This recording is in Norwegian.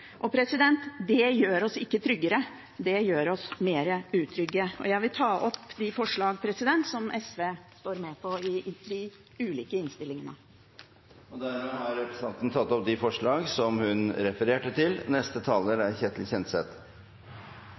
Det gjør oss ikke tryggere; det gjør oss mer utrygge. Jeg vil ta opp de forslagene som SV har alene og er sammen med andre om i de tre innstillingene. Representanten Karin Andersen har tatt opp de forslagene hun refererte til. Situasjonen i Afghanistan er